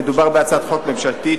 מדובר בהצעת חוק ממשלתית,